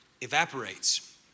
evaporates